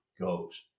goes